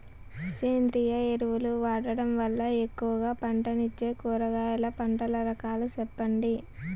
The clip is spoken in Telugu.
సేంద్రియ ఎరువులు వాడడం వల్ల ఎక్కువగా పంటనిచ్చే కూరగాయల పంటల రకాలు సెప్పండి?